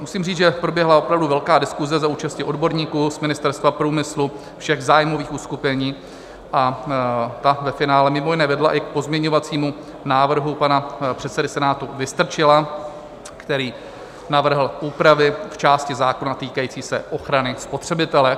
Musím říct, že proběhla opravdu velká diskuse za účasti odborníků z Ministerstva průmyslu, všech zájmových uskupení, a ta ve finále mimo jiné vedla i k pozměňovacímu návrhu pana předsedy Senátu Vystrčila, který navrhl úpravy v části zákona týkající se ochrany spotřebitele.